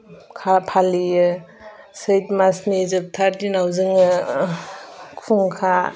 खौ फालियो सैत मासनि जोबथा दिनाव जोङो खुंखा